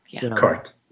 Correct